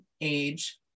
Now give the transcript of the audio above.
age